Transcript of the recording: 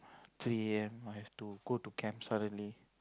three a_m I have to go to camp suddenly